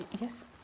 Yes